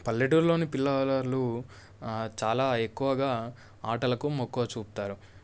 పల్లెటూరులోని పిల్లలు చాలా ఎక్కువగా ఆటలకు మక్కువ చూపుతారు